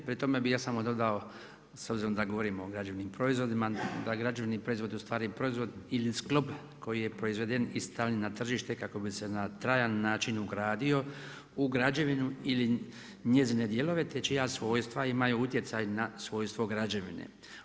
Pri tome bih ja samo dodao s obzirom da govorimo o građevnim proizvodima, da građevni proizvodi je u stvari proizvod ili sklop koji je proizveden i stavljen na tržište kako bi se na trajan način ugradio u građevinu ili njezine dijelove, te čija svojstva imaju utjecaj na svojstvo građevine.